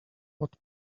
what